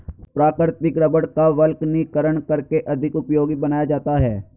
प्राकृतिक रबड़ का वल्कनीकरण करके अधिक उपयोगी बनाया जाता है